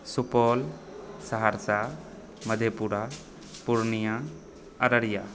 Supaul Saharsa Madhepura Purnia Araria